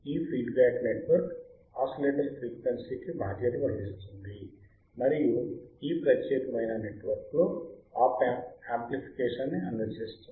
ఈ feedback network oscillator ఫ్రీక్వెన్సీకి బాధ్యత వహిస్తుంది మరియు ఈ ప్రత్యేకమైన నెట్వర్క్ లో ఆప్ ఆంప్ యమ్ప్ల్ఫికేషన్ ని అందచేస్తుంది